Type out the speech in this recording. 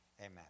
Amen